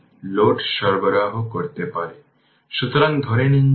সুতরাং RL RTheveni তাই Voc VThevenin